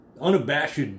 Unabashed